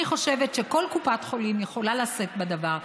אני חושבת שכל קופת חולים יכולה לשאת בדבר.